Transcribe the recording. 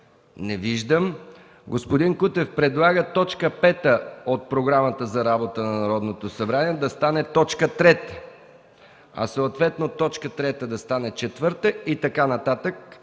Не виждам. Господин Кутев предлага точка пета от Програмата за работа на Народното събрание да стане точка трета, а съответно точка трета да стане точка четвърта и така нататък